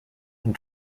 and